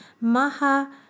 maha